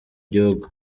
gihugu